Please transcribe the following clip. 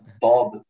Bob